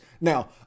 Now